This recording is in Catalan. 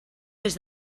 des